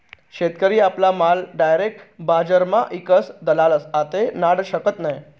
शेतकरी आपला माल डायरेक बजारमा ईकस दलाल आते नाडू शकत नै